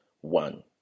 One